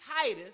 Titus